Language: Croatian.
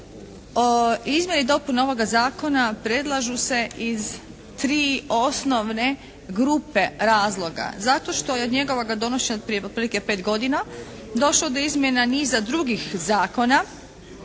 izmjeni i dopuni ovoga Zakona predlažu se iz tri osnovne grupe razloga zato što je od njegovoga donošenja otprilike 5 godina došlo do izmjena niza drugih zakona